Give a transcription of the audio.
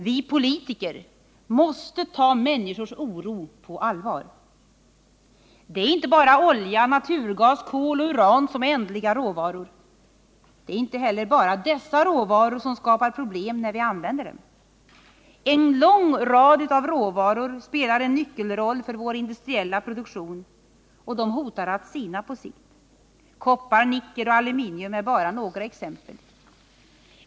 Vi politiker måste ta människors oro på allvar. Det är inte bara olja, naturgas, kol och uran som är ändliga råvaror. Det är inte heller bara dessa råvaror som skapar problem när vi använder dem. En lång rad råvaror som spelar en nyckelroll för vår industriella produktion hotar att sina på sikt. Koppar, nickel och aluminium är bara några exempel.